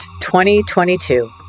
2022